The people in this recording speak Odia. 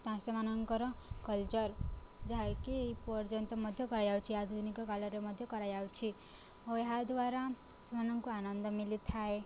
ତା ସେମାନଙ୍କର କଲଚର୍ ଯାହାକି ପର୍ଯ୍ୟନ୍ତ ମଧ୍ୟ କରାଯାଉଛି ଆଧୁନିକକାଳରେ ମଧ୍ୟ କରାଯାଉଛି ଓ ଏହାଦ୍ୱାରା ସେମାନଙ୍କୁ ଆନନ୍ଦ ମିଳିଥାଏ